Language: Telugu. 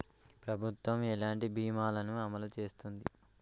ప్రభుత్వం ఎలాంటి బీమా ల ను అమలు చేస్తుంది?